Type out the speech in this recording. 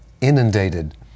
inundated